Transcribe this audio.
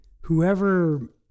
whoever